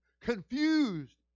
confused